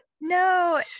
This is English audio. no